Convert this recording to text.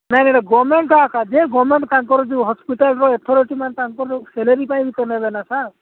ନାଇଁ ନାଇଁ ଗମେଣ୍ଟର ଯେ ଗମେଣ୍ଟ ତାଙ୍କର ଯୋଉ ହସ୍ପିଟାଲର ଅଥୋରିଟି ମାନ ତାଙ୍କର ସାଲାରୀ ପାଇଁ ବି ସେ ନେବେ ନା ସାର୍